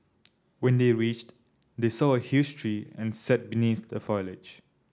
when they reached they saw a huge tree and sat beneath the foliage